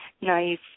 Nice